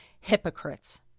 hypocrites